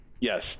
Yes